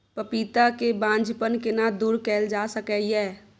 पपीता के बांझपन केना दूर कैल जा सकै ये?